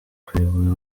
kuyobora